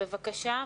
בבקשה,